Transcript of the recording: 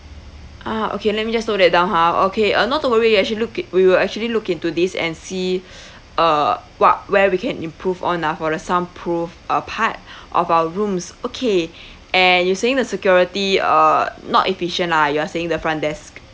ah okay let me just note that down ha okay uh not to worry actually look it we will actually look into this and see uh what where we can improve on lah for the sound proof uh part of our rooms okay and you saying the security are not efficient lah you are saying the front desk